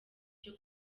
cyo